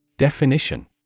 Definition